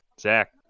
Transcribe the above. Zach